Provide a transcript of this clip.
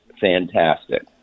fantastic